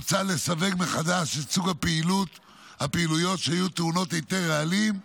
מוצע לסווג מחדש את סוג הפעילויות שיהיו טעונות היתר רעלים,